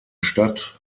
stadt